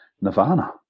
Nirvana